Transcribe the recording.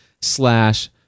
slash